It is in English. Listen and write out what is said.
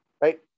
right